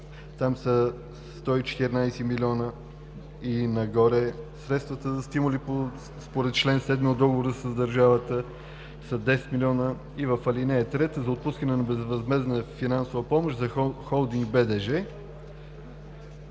там са 114 милиона и нагоре; - средствата за стимули според чл. 7 от Договора с държавата са 10 милиона; - в ал. 3 – за отпускане на безвъзмездна финансова помощ за Холдинг БДЖ,